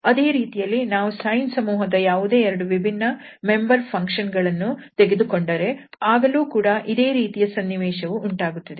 ಅದೇ ರೀತಿಯಲ್ಲಿ ನಾವು sine ಸಮೂಹದ ಯಾವುದೇ ಎರಡು ವಿಭಿನ್ನ ಮೆಂಬರ್ ಫಂಕ್ಷನ್ ಗಳನ್ನು ತೆಗೆದುಕೊಂಡರೆ ಆಗಲೂ ಕೂಡ ಇದೇ ರೀತಿಯ ಸನ್ನಿವೇಶವು ಉಂಟಾಗುತ್ತದೆ